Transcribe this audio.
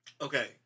Okay